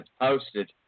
posted